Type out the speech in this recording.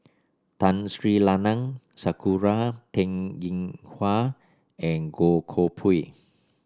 Tun Sri Lanang Sakura Teng Ying Hua and Goh Koh Pui